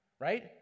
right